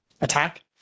attack